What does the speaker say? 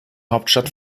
hauptstadt